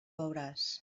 veuràs